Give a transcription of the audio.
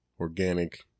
organic